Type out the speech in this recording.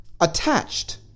attached